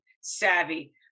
savvy